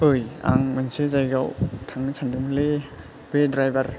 ओइ आं मोनसे जायगायाव थांनो सानदोंमोनलै बे द्रायबार